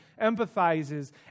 empathizes